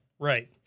Right